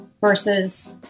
versus